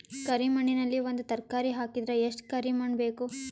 ಕರಿ ಮಣ್ಣಿನಲ್ಲಿ ಒಂದ ತರಕಾರಿ ಹಾಕಿದರ ಎಷ್ಟ ಕರಿ ಮಣ್ಣು ಬೇಕು?